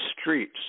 streets